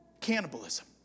cannibalism